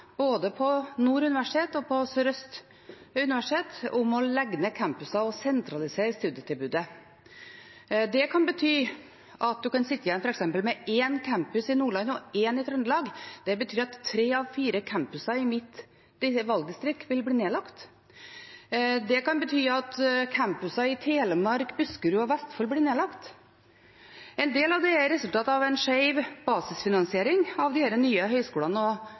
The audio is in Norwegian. både Nord universitet og Universitetet i Sørøst-Norge om å legge ned campuser og å sentralisere studietilbudet. Det kan bety at vi kan sitte igjen f.eks. med én campus i Nordland og én i Trøndelag. Det betyr at tre av fire campuser i mitt valgdistrikt vil bli nedlagt. Det kan bety at campuser i Telemark, Buskerud og Vestfold blir nedlagt. En del av dette er resultatet av en skjev basisfinansiering av disse nye høyskolene